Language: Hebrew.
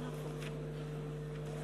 חברתי-סביבתי),